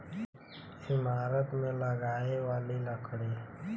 ईमारत मे लगाए वाली लकड़ी